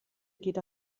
geht